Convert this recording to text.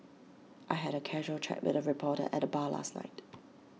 I had A casual chat with A reporter at the bar last night